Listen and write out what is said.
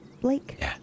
Blake